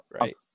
right